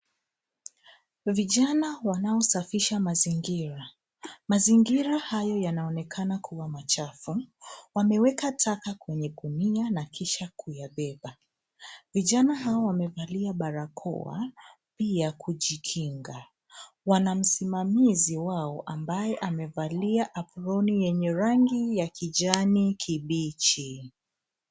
Vijana wanaosafisha mazingira. Mazingira hayo yanaonekana kuwa machafu. Wameweka taka kwenye gunia na kisha kuyabeba. Vijana hao wamevalia barakoa pia kujikinga. Wana msimamizi wao ambaye amevalia aproni yenye rangi ya kijani kibichi.